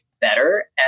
better